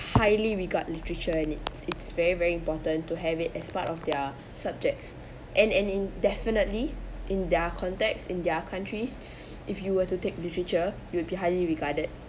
highly regard literature and it's it's very very important to have it as part of their subjects and and in definitely in their contexts in their countries if you were to take literature you will be highly regarded